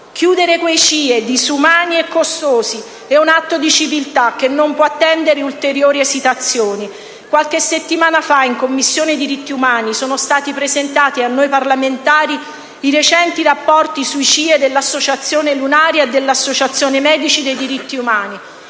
Chiudere quei CIE, disumani e costosi, è un atto di civiltà che non può attendere ulteriori esitazioni. Qualche settimana fa, in Commissione diritti umani, sono stati presentati a noi parlamentari i recenti rapporti sui CIE dell'associazione "Lunaria" e dell'associazione "Medici per i diritti umani":